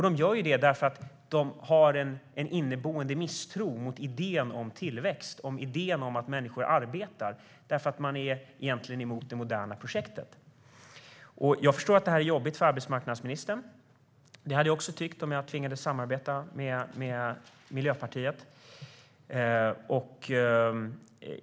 De gör det därför att de har en inneboende misstro mot idén om tillväxt och idén om att människor arbetar, därför att de egentligen är emot det moderna projektet. Jag förstår att det här är jobbigt för arbetsmarknadsministern. Det hade jag också tyckt om jag tvingades samarbeta med Miljöpartiet.